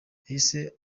yahise